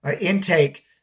intake